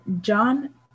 John